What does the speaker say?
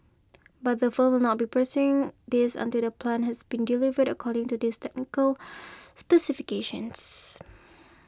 but the firm will not be pursuing this until the plant has been delivered according to this technical specifications